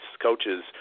coaches